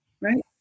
right